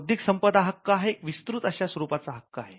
बौद्धिक संपदा हक्क हा एक विस्तृत अशा स्वरूपाचा हक्क आहे